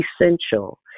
essential